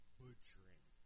butchering